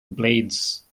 blades